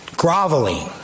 groveling